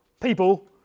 people